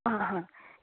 आं हां